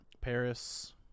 Paris